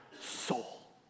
soul